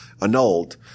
annulled